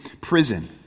prison